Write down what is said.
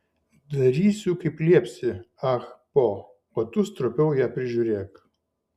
darysiu kaip liepsi ah po o tu stropiau ją prižiūrėk